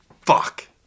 Fuck